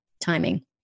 timing